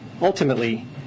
ultimately